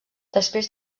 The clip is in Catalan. després